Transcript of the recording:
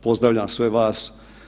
Pozdravljam sve vas.